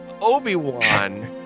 Obi-Wan